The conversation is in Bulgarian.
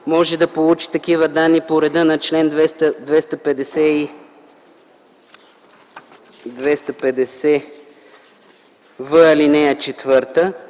може да получи такива данни по реда на чл. 250в, ал. 4,